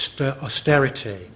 austerity